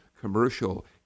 commercial